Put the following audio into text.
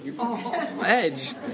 edge